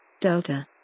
Delta